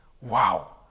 wow